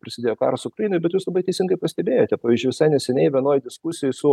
prasidėjo karas ukrainoj bet jūs labai teisingai pastebėjote pavyzdžiui visai neseniai vienoj diskusijoj su